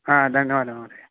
धन्यवादः महोदय